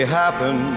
happen